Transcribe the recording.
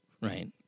right